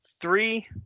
three